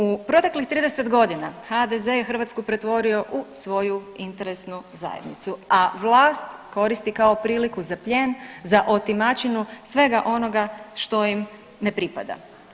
U proteklih 30 godina HDZ je Hrvatsku pretvorio u svoju interesnu zajednicu, a vlast koristi kao priliku za plijen, za otimačinu svega onoga što im ne pripada.